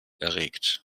erregt